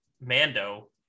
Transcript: Mando